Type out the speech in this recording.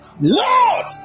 Lord